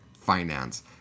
finance